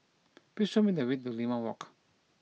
please show me the way to Limau Walk